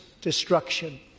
destruction